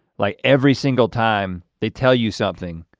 like every single time they tell you something,